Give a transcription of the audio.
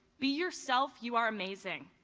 be yourself. you are amazing.